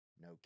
No